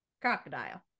crocodile